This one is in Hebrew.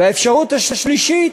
והאפשרות השלישית,